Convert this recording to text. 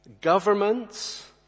Governments